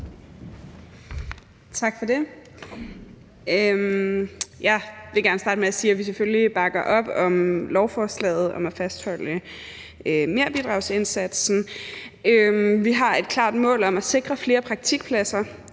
Tak for det. Jeg vil gerne starte med at sige, at vi selvfølgelig bakker op om lovforslaget om at fastholde merbidragsindsatsen. Vi har et klart mål om at sikre flere praktikpladser.